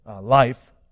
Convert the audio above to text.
life